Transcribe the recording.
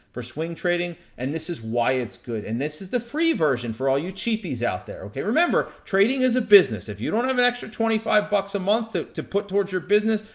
for swing trading, and this is why it's good. and this is the free version for all you cheapies out there. remember, trading is a business. if you don't have an extra twenty five bucks a month, to put towards your business,